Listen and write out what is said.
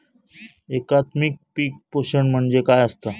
एकात्मिक पीक पोषण म्हणजे काय असतां?